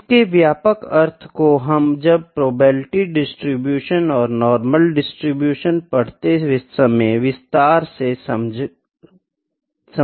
इसके व्यापक अर्थ को हम जब प्रोबेबिलिटी डिस्ट्रीब्यूशन और नार्मल डिस्ट्रीब्यूशन पढ़ते समय विस्तार से समझे गए